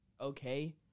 Okay